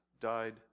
died